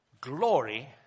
Glory